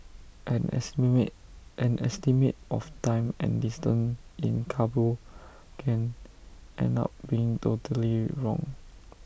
an estimate an estimate of time and distance in Kabul can end up being totally wrong